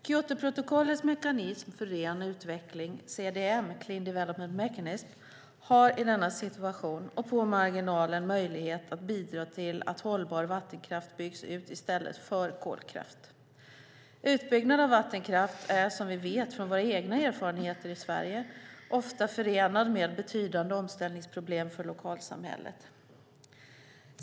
Kyotoprotokollets mekanism för en ren utveckling, CDM, Clean Development Mechanism, har i denna situation och på marginalen möjlighet att bidra till att hållbar vattenkraft byggs ut i stället för kolkraft. Utbyggnad av vattenkraft är som vi vet från våra egna erfarenheter i Sverige ofta förenad med betydande omställningsproblem för lokalsamhället.